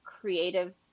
creative